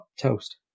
toast